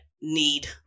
need